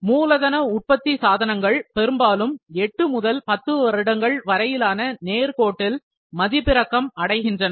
மூலதன உற்பத்தி சாதனங்கள் பெரும்பாலும் 8 முதல் பத்து வருடங்கள் வரையிலான நேர்கோட்டில் மதிப்பிறக்கம் அடைகின்றன